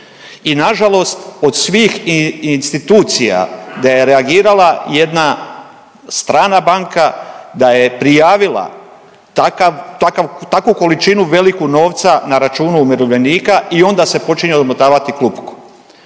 i nažalost od svih institucija da je reagirala jedna strana banka, da je prijavila takav, takvu količinu veliku novca na računu umirovljenika i onda se počinje odmotavati klupko.